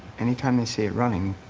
anytime they see it running,